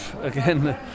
again